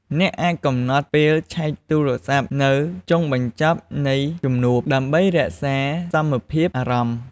អ្នកអាចកំណត់ពេលឆែកទូរស័ព្ទនៅចុងបញ្ចប់នៃជំនួប ដើម្បីរក្សាសមភាពអារម្មណ៍។